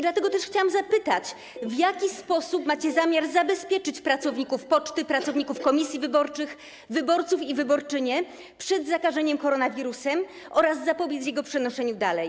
Dlatego też chciałam zapytać: W jaki sposób macie zamiar zabezpieczyć pracowników poczty, pracowników komisji wyborczych, wyborców i wyborczynie przed zakażeniem koronawirusem oraz zapobiec jego przenoszeniu dalej?